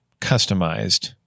customized